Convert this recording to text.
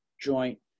joint